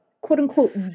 quote-unquote